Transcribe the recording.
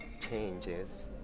changes